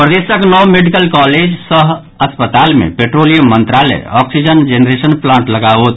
प्रदेशक नओ medical college सह अस्पताल मे पेट्रोलियम मंत्रालय ऑक्सीजन जेनरेशन प्लांट लगाओत